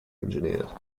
engineered